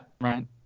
Right